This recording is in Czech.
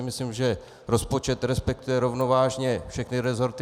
Myslím si, že rozpočet respektuje rovnovážně všechny resorty.